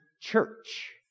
church